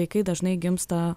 vaikai dažnai gimsta